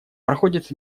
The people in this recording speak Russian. проходит